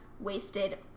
wasted